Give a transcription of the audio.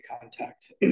contact